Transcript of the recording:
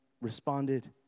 responded